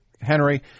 Henry